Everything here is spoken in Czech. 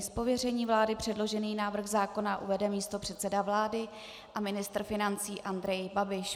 Z pověření vlády předložený návrh zákona uvede místopředseda vlády a ministr financí Andrej Babiš.